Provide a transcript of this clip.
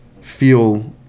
feel